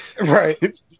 right